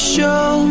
Show